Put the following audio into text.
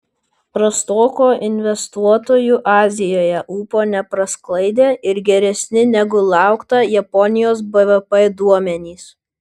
prastoko investuotojų azijoje ūpo neprasklaidė ir geresni negu laukta japonijos bvp duomenys